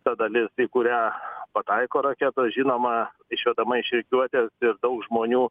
ta dalis į kurią pataiko raketos žinoma išvedama iš rikiuotės ir daug žmonių